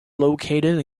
located